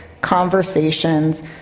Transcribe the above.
conversations